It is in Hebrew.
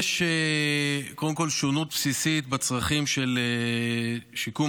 קודם כול יש שונות בסיסית בצרכים של שיקום